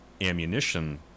ammunition